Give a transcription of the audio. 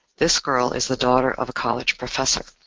this girl is the daughter of a college professor.